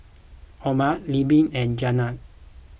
Oma Leila and Janiah